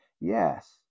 Yes